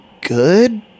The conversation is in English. good